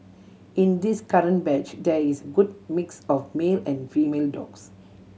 in this current batch there is good mix of male and female dogs